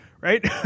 right